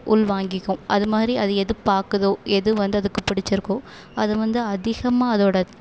உள்வாங்கிக்கும் அதுமாதிரி அது எது பார்க்குதோ எது வந்து அதுக்கு பிடிச்சிருக்கோ அது வந்து அதிகமாக அதோட